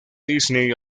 disney